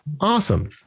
Awesome